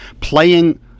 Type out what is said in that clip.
playing